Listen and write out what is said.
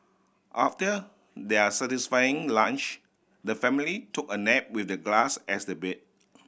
after their satisfying lunch the family took a nap with the grass as the bed